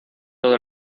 todo